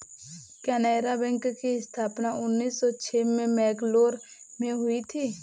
Canara bank की स्थापना उन्नीस सौ छह में मैंगलोर में हुई